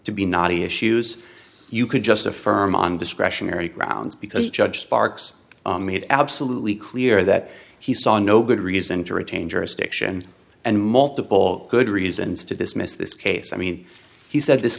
to be not a issues you could just affirm on discretionary grounds because the judge sparks made absolutely clear that he saw no good reason to retain jurisdiction and multiple good reasons to dismiss this case i mean he said this